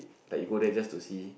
like you go there just to see